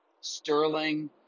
Sterling